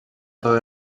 totes